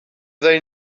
they